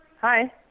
hi